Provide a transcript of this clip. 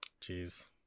Jeez